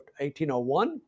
1801